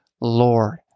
Lord